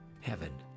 heaven